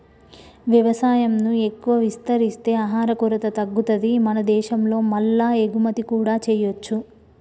వ్యవసాయం ను ఎక్కువ విస్తరిస్తే ఆహార కొరత తగ్గుతది మన దేశం లో మల్ల ఎగుమతి కూడా చేయొచ్చు